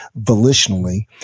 volitionally